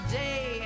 day